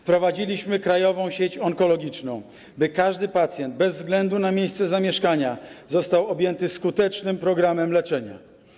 Wprowadziliśmy Krajową Sieć Onkologiczną, by każdy pacjent, bez względu na miejsce zamieszkania, został objęty skutecznym programem leczenia.